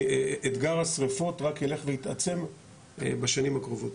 כי אתגר השריפות רק יילך ויתעצם בשנים הקרובות.